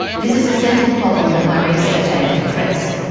this is a central problem that my research aims to address.